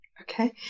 Okay